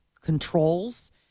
controls